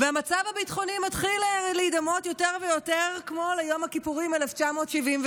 המצב הביטחוני מתחיל להידמות יותר ויותר ליום הכיפורים 1973,